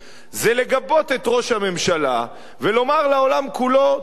זה לגבות את ראש הממשלה ולומר לעולם כולו: תראו,